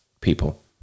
people